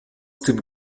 dem